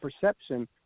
perception